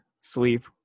sleep